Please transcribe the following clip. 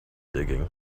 digging